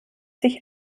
sich